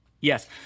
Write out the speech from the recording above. Yes